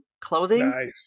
clothing